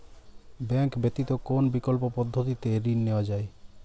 Bank ব্যতিত কোন বিকল্প পদ্ধতিতে ঋণ নেওয়া যায়?